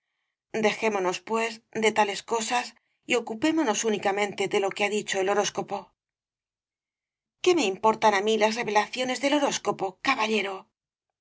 dejémonos pues de el caballero de las botas azules tales cosas y ocupémonos únicamente de lo que ha dicho el horóscopo qué me importan á mí las revelaciones del horóscopo caballero